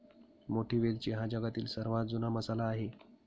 मोठी वेलची हा जगातील सर्वात जुना मसाला आहे